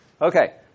Okay